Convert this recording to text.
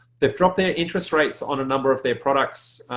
they've dropped their interest rates on a number of their products